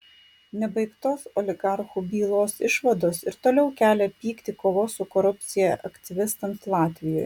nebaigtos oligarchų bylos išvados ir toliau kelia pyktį kovos su korupcija aktyvistams latvijoje